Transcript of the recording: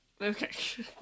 Okay